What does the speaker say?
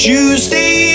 Tuesday